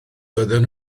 doedden